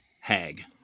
hag